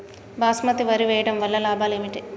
బాస్మతి వరి వేయటం వల్ల లాభాలు ఏమిటి?